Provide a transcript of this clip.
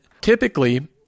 typically